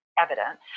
evident